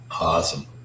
awesome